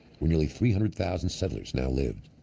where nearly three hundred thousand settlers now lived.